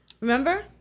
Remember